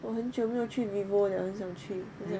我很久没有去 vivo liao 很想去